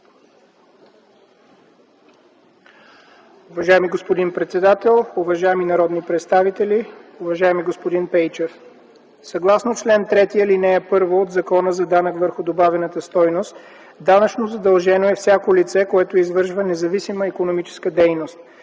данъчно задължено е всяко лице, което извършва независима икономическа дейност.